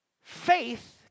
Faith